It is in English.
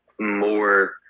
more